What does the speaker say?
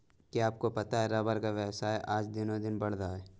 क्या आपको पता है रबर का व्यवसाय आज दिनोंदिन बढ़ रहा है?